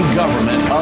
government